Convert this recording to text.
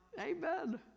Amen